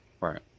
Right